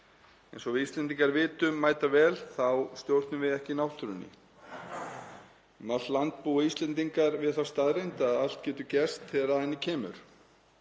Eins og við Íslendingar vitum mætavel þá stjórnum við ekki náttúrunni. Um allt land búa Íslendingar við þá staðreynd að allt getur gerst þegar að henni kemur.